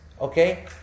Okay